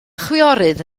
chwiorydd